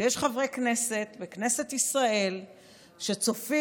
שיש חברי כנסת בכנסת ישראל שצופים,